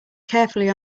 carefully